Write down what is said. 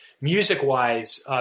music-wise